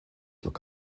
look